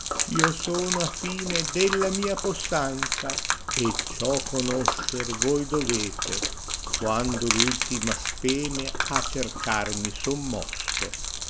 io sono a fine della mia possanza e ciò conoscer voi dovete quando l ultima speme a cercar mi son mosso